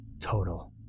total